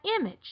image